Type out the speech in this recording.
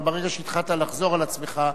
אבל ברגע שהתחלת לחזור על עצמך,